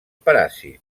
paràsit